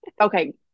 okay